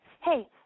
hey